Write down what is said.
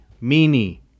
mini